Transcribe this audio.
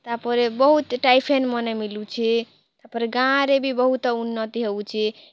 ତାପରେ ବହୁତ ଟାଇଫେନ୍ ମାନେ ମିଲୁଛି ତାପରେ ଗାଁରେ ବି ବହୁତ ଉନ୍ନତି ହେଉଛି